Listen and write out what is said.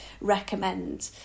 recommend